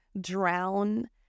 drown